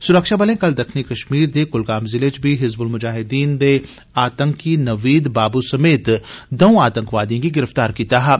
सुरक्षाबलें कल दक्खनी कश्मीर दे कुलगाम जिले च बी हिजब्ल मुजाहिद्दीन दे नवीद बाबू समेत द'ऊं आतंकवादिएँ गी गिरफ्तार कीता हा